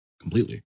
completely